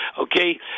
Okay